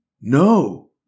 No